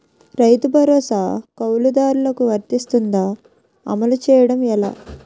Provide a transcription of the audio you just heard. రైతు భరోసా కవులుదారులకు వర్తిస్తుందా? అమలు చేయడం ఎలా